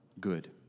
good